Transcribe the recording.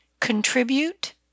Contribute